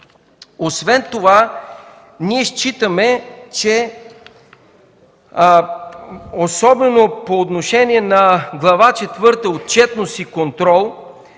Освен това ние считаме, че особено по отношение на Глава четвърта „Отчетност и контрол”